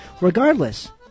Regardless